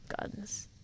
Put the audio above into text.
guns